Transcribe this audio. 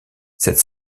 cette